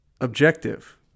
Objective